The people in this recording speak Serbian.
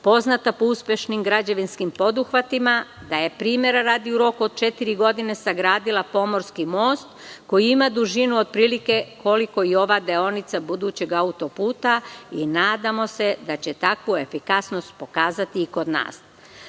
poznata po uspešnim građevinskim poduhvatima da je, primera radi, u roku od četiri godine sagradila pomorski most koji ima dužinu otprilike koliko i ova deonica budućeg autoputa i nadamo se da će takvu efikasnost pokazati i kod